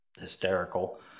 hysterical